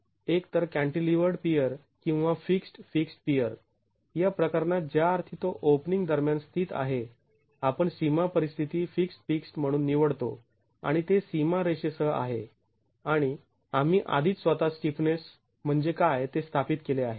एक तर cantilevered pier किंवा फिक्स्ड् फिक्स्ड् पियर या प्रकरणात ज्या अर्थी तो ओपनिंग दरम्यान स्थित आहे आपण सीमा परिस्थिती फिक्स्ड् फिक्स्ड् म्हणून निवडतो आणि ते सीमारेषेसह आहे आणि आम्ही आधीच स्वतः स्टिफनेस म्हणजे काय ते स्थापित केले आहे